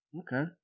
okay